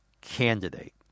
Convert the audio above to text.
candidate